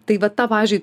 tai vat tą pavyzdžiui